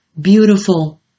beautiful